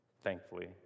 Thankfully